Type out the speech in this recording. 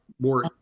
more